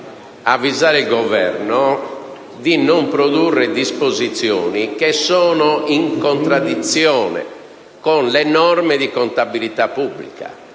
avvisare il Governo di non produrre disposizioni che sono in contraddizione con le norme di contabilità pubblica.